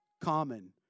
Common